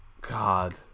God